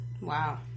Wow